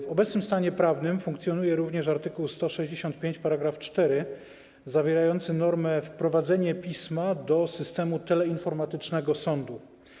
W obecnym stanie prawnym funkcjonuje również art. 165 § 4 zawierający normę: wprowadzenie pisma do systemu teleinformatycznego sądu.